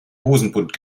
hosenbund